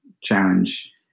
challenge